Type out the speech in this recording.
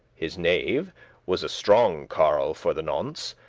his knave was a strong carl for the nonce,